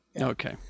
Okay